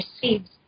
seeds